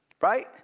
Right